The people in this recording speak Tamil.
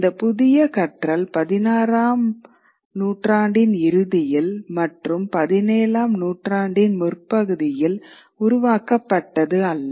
இந்த புதிய கற்றல் 16 ஆம் ஆண்டின் இறுதியில் மற்றும் 17 ஆம் நூற்றாண்டின் முற்பகுதியில் உருவாக்கப்பட்டது அல்ல